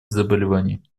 заболеваний